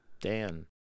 Dan